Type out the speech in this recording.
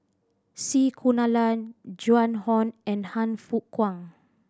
C Kunalan Joan Hon and Han Fook Kwang